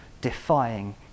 defying